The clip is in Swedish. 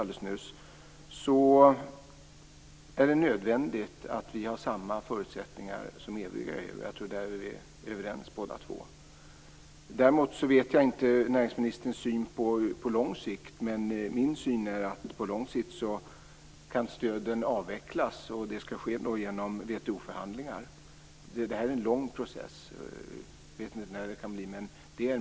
Det är nödvändigt att vi har samma förutsättningar som övriga EU. Där är vi båda överens. Däremot vet jag inte näringsministerns syn på lång sikt. Min syn är att stöden på lång sikt kan avvecklas. Det skall ske med hjälp av WTO-förhandlingar. Det är en lång process. Jag vet inte när det kan ske.